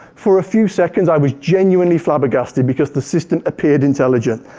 for a few seconds i was genuinely flabbergasted. because the system appeared intelligent.